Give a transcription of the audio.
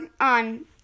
on